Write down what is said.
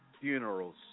Funerals